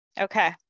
Okay